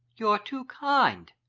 you're too kind.